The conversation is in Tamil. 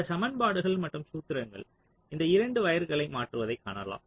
இந்த சமன்பாடுகள் மற்றும் சூத்திரங்கள் இந்த 2 வயர்களை மாறுவதைக் காணலாம்